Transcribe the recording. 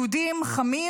יהודים חמים,